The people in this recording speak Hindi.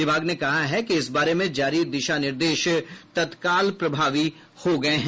विभाग ने कहा है कि इस बारे में जारी दिशानिर्देश तत्काल प्रभावी हो गए हैं